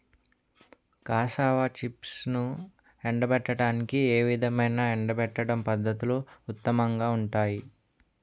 Cassava చిప్స్ను ఎండబెట్టడానికి ఏ విధమైన ఎండబెట్టడం పద్ధతులు ఉత్తమంగా ఉంటాయి?